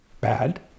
bad